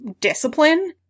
discipline